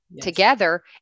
together